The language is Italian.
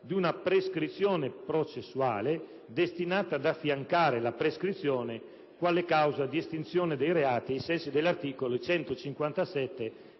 di una prescrizione processuale, destinata ad affiancare la prescrizione quale causa di estinzione dei reati, ai sensi dell'articolo 157